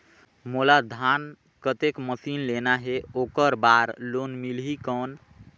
मोला धान कतेक मशीन लेना हे ओकर बार लोन मिलही कौन?